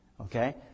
Okay